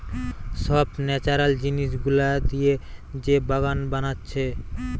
সব ন্যাচারাল জিনিস গুলা দিয়ে যে বাগান বানাচ্ছে